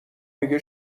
میگه